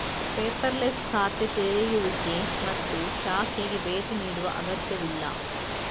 paperless ಖಾತೆ ತೆರೆಯುವಿಕೆ ಮತ್ತು ಶಾಖೆಗೆ ಭೇಟಿ ನೀಡುವ ಅಗತ್ಯವಿಲ್ಲ